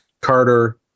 Carter